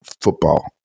football